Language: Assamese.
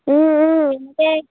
এনেকেই